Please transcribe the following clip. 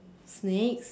snakes